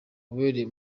wabereye